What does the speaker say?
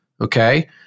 okay